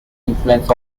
influence